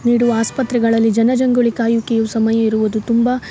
ನೀಡುವ ಆಸ್ಪತ್ರೆಗಳಲ್ಲಿ ಜನ ಜಂಗುಳಿ ಕಾಯುವಿಕೆಯು ಸಮಯ ಇರುವುದು ತುಂಬಾ